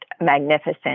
magnificent